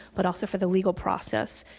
but also for the legal process.